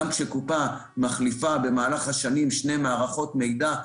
גם כשקופה מחליפה במהלך השנים שתי מערכות מידע,